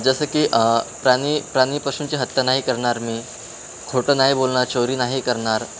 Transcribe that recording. जसं की प्राणी प्राणी पशूंची हत्या नाही करणार मी खोटं नाही बोलणार चोरी नाही करणार